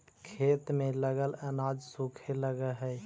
खेत में लगल अनाज सूखे लगऽ हई